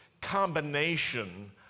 combination